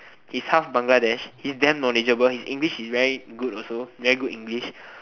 he's half Bangladesh he's damn knowledgeable his english is good also very good english